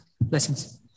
Blessings